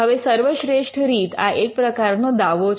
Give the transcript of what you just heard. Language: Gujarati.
હવે સર્વશ્રેષ્ઠ રીત આ એક પ્રકારનો દાવો છે